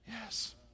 Yes